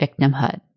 victimhood